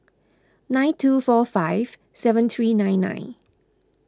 nine two four five seven three nine nine